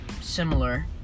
similar